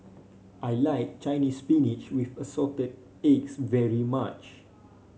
I like Chinese Spinach with Assorted Eggs very much